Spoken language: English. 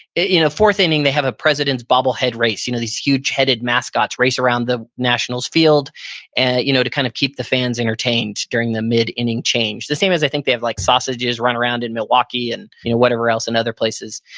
in the fourth inning, they have a presidents bobblehead race. you know these huge-headed mascots race around the national's field and you know to kind of keep the fans entertained during the mid-inning change. the same as i think they have like sausages run around in milwaukee and you know whatever else in and other places.